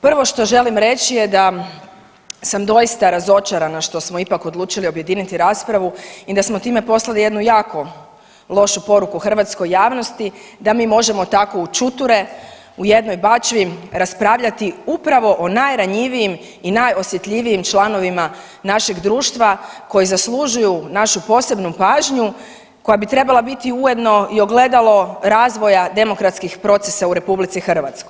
Prvo što želim reći je da sam doista razočarana što smo ipak odlučili objediniti raspravu i da smo time poslali jednu jako lošu poruku hrvatskoj javnosti da mi možemo tako u čuture u jednoj bačvi raspravljati upravo o najranjivijim i najosjetljivijim članovima našeg društva koji zaslužuju našu posebnu pažnju koja bi trebala biti jedno i ogledalo razvoja demokratskih procesa u RH.